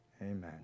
Amen